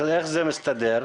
אז איך זה מסתדר?